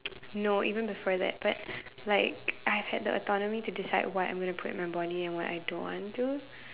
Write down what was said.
no even before that but like I have the autonomy to decide what I want to put in my body and what I don't want to